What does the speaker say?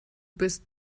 bist